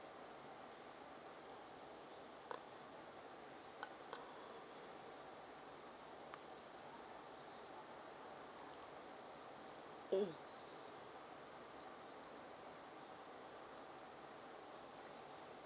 mm